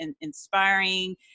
inspiring